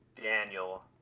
Daniel